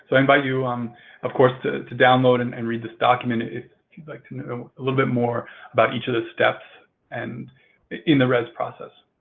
so invite you um of course to to download and and read this document if you'd like to know a little bit more about each of the steps and in the rez process.